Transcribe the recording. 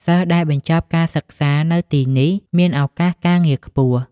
សិស្សដែលបញ្ចប់ការសិក្សានៅទីនេះមានឱកាសការងារខ្ពស់។